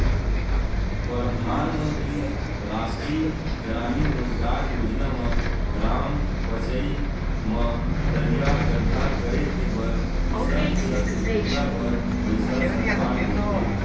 परधानमंतरी रास्टीय गरामीन रोजगार योजना म ग्राम पचईत म तरिया गड्ढ़ा करे के बर किसम किसम के बूता बर पइसा सरकार देथे